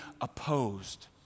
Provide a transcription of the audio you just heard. opposed